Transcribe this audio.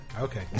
Okay